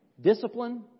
Discipline